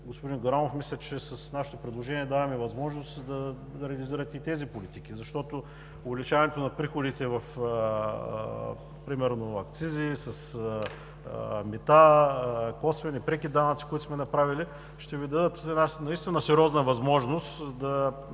Господин Горанов, мисля, че с нашето предложение даваме възможност да ревизирате и тези политики, защото увеличаването на приходите примерно с акцизи, с мита – косвени, преки данъци, които сме направили, ще Ви дадат една наистина сериозна възможност